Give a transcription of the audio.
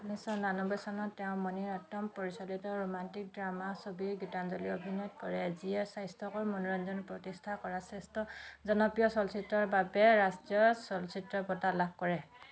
উনৈছ ঊনানব্বৈ চনত তেওঁ মণিৰত্নম পৰিচালিত ৰোমাণ্টিক ড্ৰামা ছবি গীতাঞ্জলিত অভিনয় কৰে যিয়ে স্বাস্থ্যকৰ মনোৰঞ্জন প্ৰতিষ্ঠা কৰা শ্ৰেষ্ঠ জনপ্ৰিয় চলচ্চিত্ৰৰ বাবে ৰাষ্ট্ৰীয় চলচ্চিত্ৰ বঁটা লাভ কৰে